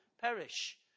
perish